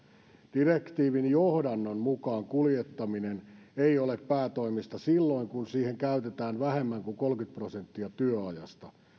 direktiivin johdannon mukaan kuljettaminen ei ole päätoimista silloin kun siihen käytetään vähemmän kuin kolmekymmentä prosenttia työajasta